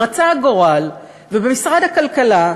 רצה הגורל ובמשרד הכלכלה,